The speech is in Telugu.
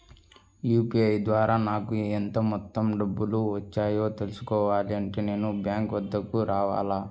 యూ.పీ.ఐ ద్వారా నాకు ఎంత మొత్తం డబ్బులు వచ్చాయో తెలుసుకోవాలి అంటే నేను బ్యాంక్ వద్దకు రావాలా?